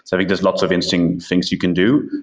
i think there's lots of interesting things you can do,